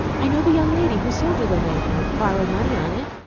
i know the young lady who sold you the lamp, or borrowed money on it.